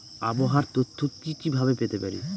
আবহাওয়ার তথ্য কি কি ভাবে পেতে পারি?